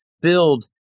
build